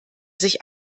sich